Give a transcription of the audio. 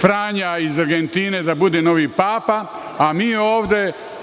Franja iz Argentine biti novi papa, a mi ovde